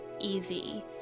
easy